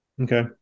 Okay